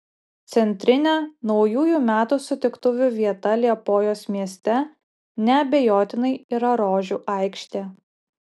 centrinė naujųjų metų sutiktuvių vieta liepojos mieste neabejotinai yra rožių aikštė